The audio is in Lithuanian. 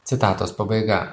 citatos pabaiga